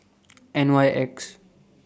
N Y X